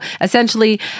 essentially